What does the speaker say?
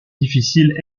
difficiles